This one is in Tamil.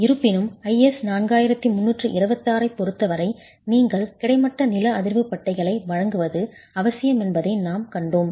இருப்பினும் IS 4326 ஐப் பொருத்தவரை நீங்கள் கிடைமட்ட நில அதிர்வு பட்டைகளை வழங்குவது அவசியம் என்பதை நாம் கண்டோம்